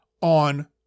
on